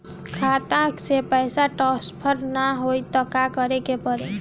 खाता से पैसा टॉसफर ना होई त का करे के पड़ी?